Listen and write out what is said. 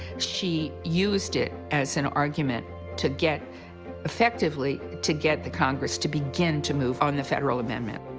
she used it as an argument to get effectively, to get the congress to begin to move on the federal amendment.